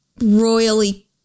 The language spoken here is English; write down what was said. royally